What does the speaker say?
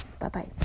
Bye-bye